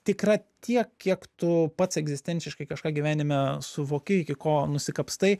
tikra tiek kiek tu pats egzistenciškai kažką gyvenime suvoki iki ko nusikapstai